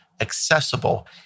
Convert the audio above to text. accessible